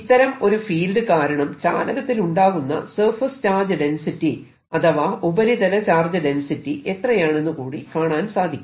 ഇത്തരം ഒരു ഫീൽഡ് കാരണം ചാലകത്തിലുണ്ടാകുന്ന സർഫേസ് ചാർജ് ഡെൻസിറ്റി അഥവാ ഉപരിതല ചാർജ് ഡെൻസിറ്റി എത്രയാണെന്ന് കൂടി കാണാൻ സാധിക്കും